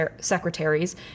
secretaries